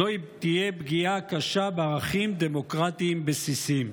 זו תהיה פגיעה קשה בערכים דמוקרטיים בסיסיים.